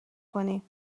کنی